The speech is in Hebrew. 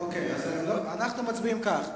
אנחנו נצביע כך: